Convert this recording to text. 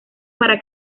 para